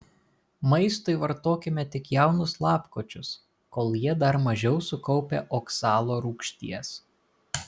maistui vartokime tik jaunus lapkočius kol jie dar mažiau sukaupę oksalo rūgšties